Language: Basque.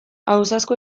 ausazko